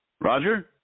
Roger